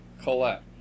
Collect